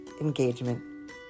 engagement